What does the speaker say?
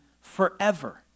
forever